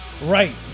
Right